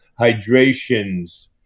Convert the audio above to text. hydrations